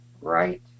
Right